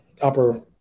upper